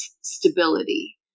stability